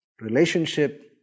relationship